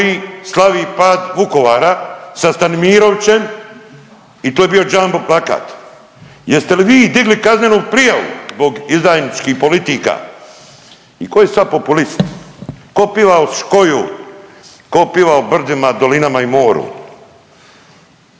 slavi pad Vukovara sa Stanimirovićem i tu je bio jumbo plakat. Jeste li vi digli kaznenu prijavu zbog izdajničkih politika i tko je sad populist? Tko piva o škoju, tko piva o brdima, dolinama i moru?